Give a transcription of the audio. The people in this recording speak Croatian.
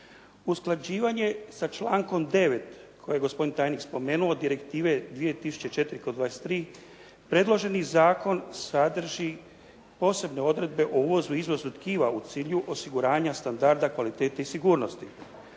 Usklađivanje sa člankom 9. koji je gospodin tajnik spomenuo Direktive 2004/23 predloženi zakon sadrži posebne odredbe o uvozu i izvozu tkiva u cilju osiguranja standarda, kvalitete i sigurnosti.